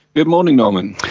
good morning norman.